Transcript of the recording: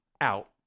out